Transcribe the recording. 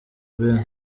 ben